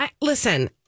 listen